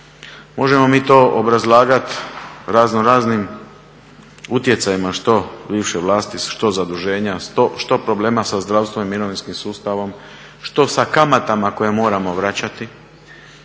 Možemo mi to obrazlagati razno raznim utjecajima, što bivše vlasti, što zaduženja, što problema sa zdravstvenim i mirovinskim sustavom, što sa kamatama koje moramo vraćati,